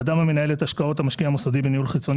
אדם המנהל את השקעות המשקיע המוסדי בניהול חיצוני